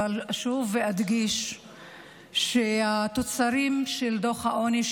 אבל אשוב ואדגיש שהתוצרים של דוח העוני,